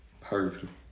Perfect